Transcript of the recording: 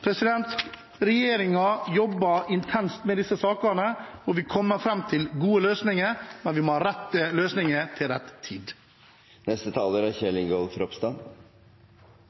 jobber intenst med disse sakene og vil komme fram til gode løsninger. Men vi må ha rette løsninger til rett tid.